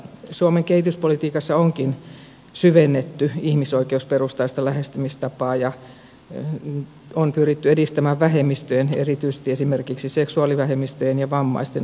suomen kehityspolitiikassa onkin syvennetty ihmisoikeusperustaista lähestymistapaa ja on pyritty edistämään vähemmistöjen erityisesti esimerkiksi seksuaalivähemmistöjen ja vammaisten oikeuksia